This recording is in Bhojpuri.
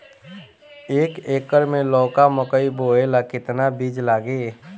एक एकर मे लौका मकई बोवे ला कितना बिज लागी?